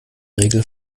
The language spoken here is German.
regel